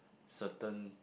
certain